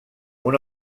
una